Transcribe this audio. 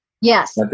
Yes